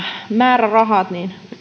määrärahat